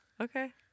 Okay